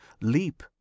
leap